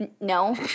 No